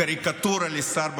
הקריקטורה לשר בממשלה,